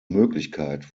möglichkeit